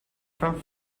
from